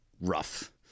rough